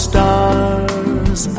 Stars